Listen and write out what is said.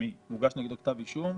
הוגש נגדו כתב אישום?